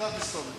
אתה תסתום את הפה.